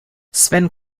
sven